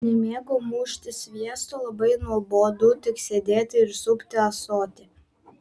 nemėgau mušti sviesto labai nuobodu tik sėdėti ir supti ąsotį